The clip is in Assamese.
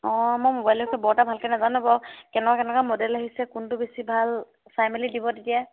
অঁ মই মোবাইলৰ বিষয়ে বৰ এটা ভালকৈ নাজানো বাৰু কেনেকুৱা কেনেকুৱা মডেল আহিছে কোনটো বেছি ভাল চাই মেলি দিব তেতিয়া